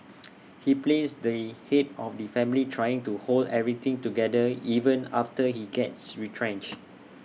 he plays the Head of the family trying to hold everything together even after he gets retrenched